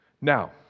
Now